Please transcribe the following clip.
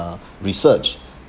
research